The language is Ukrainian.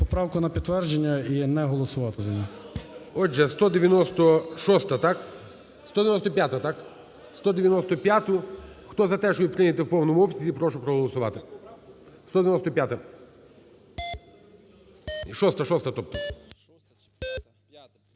правку на підтвердження і не голосувати за неї.